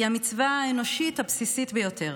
היא המצווה האנושית הבסיסית ביותר.